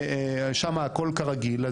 שמה הכל כרגיל.